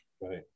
Right